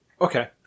Okay